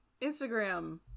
Instagram